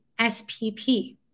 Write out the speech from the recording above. SPP